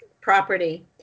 property